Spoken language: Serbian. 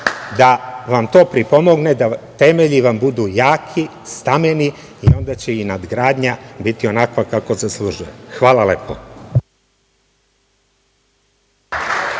da vam to pripomogne, da vam temelji budu jaki, stameni i onda će nadgradnja biti onakva kakva zaslužuje. Hvala lepo.